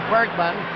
Bergman